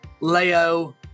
Leo